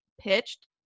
pitched